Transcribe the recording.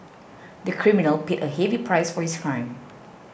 the criminal paid a heavy price for his crime